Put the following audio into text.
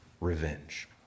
revenge